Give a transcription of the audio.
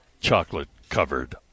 chocolate-covered